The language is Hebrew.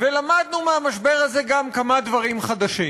ולמדנו מהמשבר הזה גם כמה דברים חדשים.